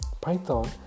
Python